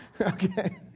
Okay